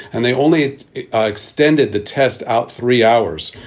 and they only extended the test out three hours.